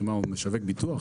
הוא משווק ביטוח?